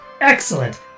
Excellent